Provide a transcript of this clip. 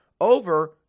over